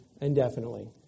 indefinitely